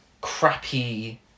crappy